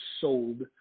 sold